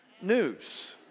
news